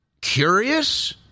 curious